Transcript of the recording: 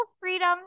freedom